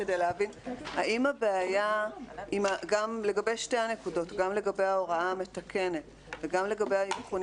האם גם לגבי ההוראה המתקנת וגם לגבי האבחונים